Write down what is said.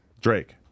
Drake